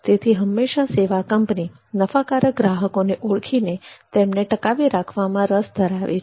તેથી હંમેશા સેવા કંપની નફાકારક ગ્રાહકોને ઓળખીને તેમને ટકાવી રાખવામાં રસ ધરાવે છે